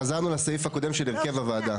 חזרנו לסעיף הקודם של הרכב הוועדה.